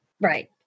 Right